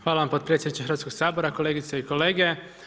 Hvala vam potpredsjedniče Hrvatskog sabora, kolegice i kolege.